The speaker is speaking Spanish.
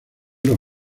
los